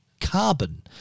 Carbon